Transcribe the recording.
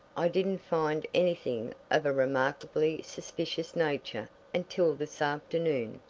i didn't find anything of a remarkably suspicious nature until this afternoon,